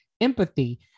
empathy